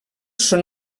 són